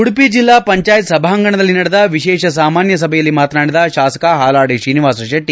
ಉಡುಪಿ ಜೆಲ್ಲಾ ಪಂಚಾಯತ್ ಸಭಾಂಗಣದಲ್ಲಿ ನಡೆದ ವಿಶೇಷ ಸಾಮಾನ್ಯ ಸಭೆಯಲ್ಲಿ ಮಾತನಾಡಿದ ಶಾಸಕ ಹಾಲಾಡಿ ಶ್ರೀನಿವಾಸ ಶೆಟ್ಟ